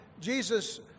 Jesus